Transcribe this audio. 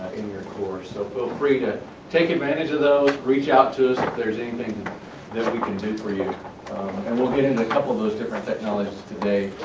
your course so feel free to take advantage of those reach out to us if there's anything that we can do for you and we'll get into a couple of those different technologies today.